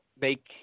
make